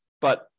But-